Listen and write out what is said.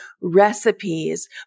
recipes